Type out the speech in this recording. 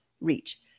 reach